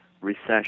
recession